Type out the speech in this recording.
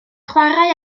chwarae